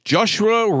Joshua